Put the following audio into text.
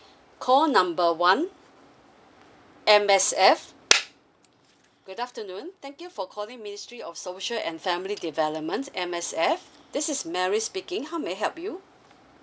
call number one M_S_F good afternoon thank you for calling ministry of social and family developments M_S_F this is mary speaking how may I help you